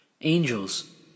Angels